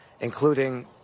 including